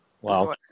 wow